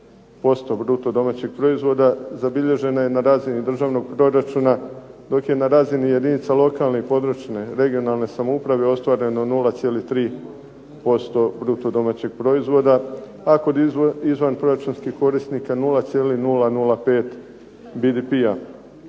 2,9% bruto domaćeg proizvoda zabilježena je na razini državnog proračuna, dok je na razini jedinica lokalne i područne (regionalne) samouprave ostvareno 0,3% bruto domaćeg proizvoda, a kod izvanproračunskih korisnika 0,005 BDP-a.